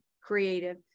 creative